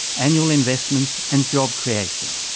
annual investments and job creation.